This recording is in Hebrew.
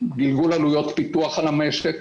גלגול עלויות פיתוח על המשק,